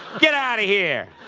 get out of here!